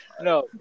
no